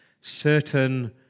certain